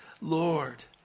Lord